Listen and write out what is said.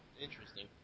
Interesting